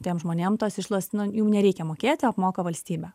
tiem žmonėm tos išlaidos nu jų nereikia mokėti apmoka valstybė